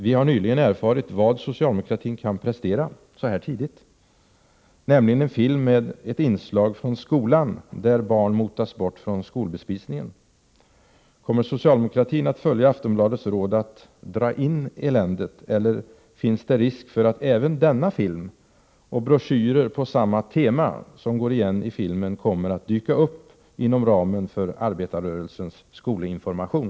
Vi har nyligen erfarit vad socialdemokratin kan prestera så här tidigt, nämligen en film med ett inslag från skolan där barn motas bort från skolbespisningen. Kommer socialdemokratin att följa Aftonbladets råd att ”dra in eländet”, eller finns det risk för att även denna film och broschyrer på samma tema som i filmen kommer att dyka upp inom ramen för arbetarrörelsens skolinformation?